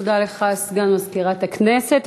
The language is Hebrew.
תודה לך, סגן מזכירת הכנסת.